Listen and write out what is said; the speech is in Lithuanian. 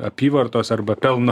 apyvartos arba pelno